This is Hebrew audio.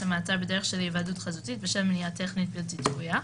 המעצר בדרך של היוועדות חזותית בשל מניעה טכנית בלתי צפויה,